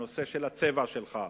הנושא של הצבע שלך,